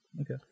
Okay